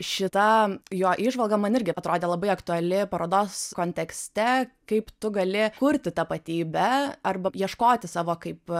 šita jo įžvalga man irgi atrodė labai aktuali parodos kontekste kaip tu gali kurti tapatybę arba ieškoti savo kaip